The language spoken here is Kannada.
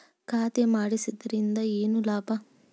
ಖಾತೆ ಮಾಡಿಸಿದ್ದರಿಂದ ಏನು ಲಾಭ?